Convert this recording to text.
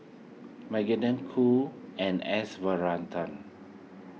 Magdalene Khoo and S Varathan